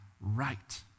right